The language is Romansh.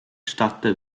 statta